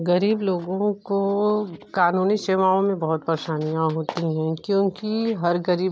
गरीब लोगों को कानूनी सेवाओं में बहुत परेशानियाँ होती हैं क्योंकि हर गरीब